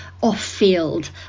off-field